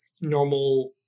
normal